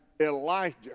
Elijah